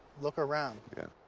look around. yeah.